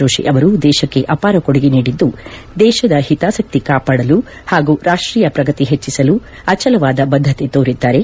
ಜೋಷಿ ಅವರು ದೇಶಕ್ಕೆ ಅಪಾರ ಕೊಡುಗೆ ನೀಡಿದ್ದು ದೇಶದ ಹಿತಾಸಕ್ತಿ ಕಾಪಾಡಲು ಹಾಗೂ ರಾಷ್ಟೀಯ ಪ್ರಗತಿ ಹೆಚ್ಚಿಸಲು ಅಚಲವಾದ ಬದ್ದತೆ ತೋರಿದ್ದಾರೆ